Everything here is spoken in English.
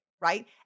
right